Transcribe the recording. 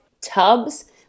tubs